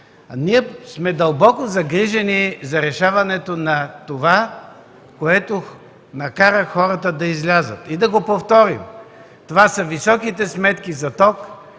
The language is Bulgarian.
Ние сме дълбоко загрижени за решаването на това, което накара хората да излязат. Да го повторим: това са високите сметки за ток,